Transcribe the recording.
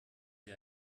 sie